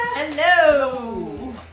Hello